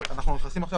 נכנסים עכשיו